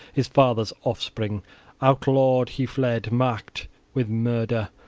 his father's offspring outlawed he fled, marked with murder,